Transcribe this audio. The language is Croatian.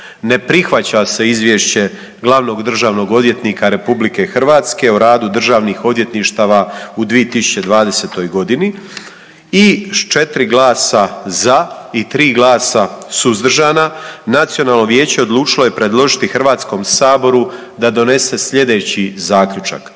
„Ne prihvaća se Izvješće Glavnog državnog odvjetnika Republike Hrvatske o radu Državnih odvjetništava u 2020.godini.“ I s 4 glasa ZA i 3 glasa SUZDRŽANA Nacionalno vijeće je odlučilo je predložiti Hrvatskom saboru da donese slijedeći Zaključak: